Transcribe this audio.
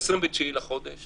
ב-29 לחודש